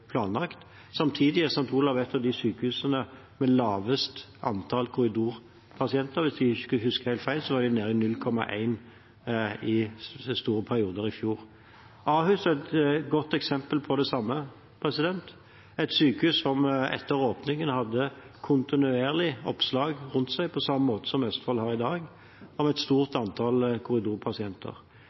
planlagt. Samtidig er St. Olavs et av de sykehusene med lavest antall korridorpasienter. Hvis jeg ikke husker helt feil, var de nede i 0,1 i store perioder i fjor. Ahus er et godt eksempel på det samme, et sykehus som etter åpningen hadde kontinuerlige oppslag – på samme måte som Østfold har i dag – om et stort antall korridorpasienter.